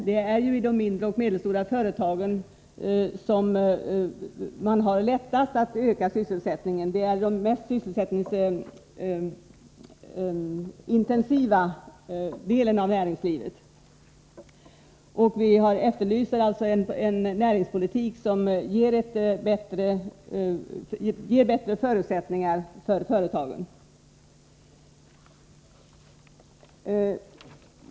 Det är i de mindre och medelstora företagen man har lättast att öka sysselsättningen — det är den mest sysselsättningsintensiva delen av näringslivet. Vi efterlyser alltså en näringspolitik som ger företagen bättre förutsättningar.